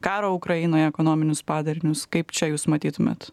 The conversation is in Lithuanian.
karo ukrainoje ekonominius padarinius kaip čia jūs matytumėt